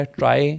try